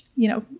you know,